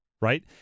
Right